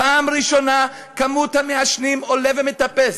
פעם ראשונה מספר המעשנים עולה ומטפס.